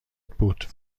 بود